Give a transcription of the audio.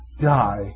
die